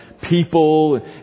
people